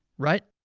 right?